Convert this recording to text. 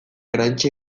erantsi